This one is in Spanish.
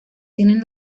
tienen